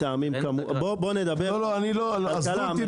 עזבו אותי